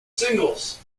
singles